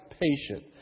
patient